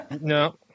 No